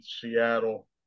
Seattle